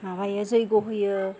माबायो जग्य होयो